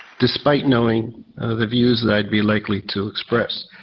despite knowing the views that i'd be likely to express.